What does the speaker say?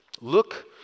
Look